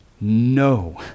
No